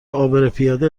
عابرپیاده